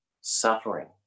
Suffering